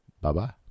bye-bye